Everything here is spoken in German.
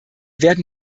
werden